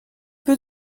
peu